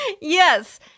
Yes